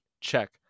check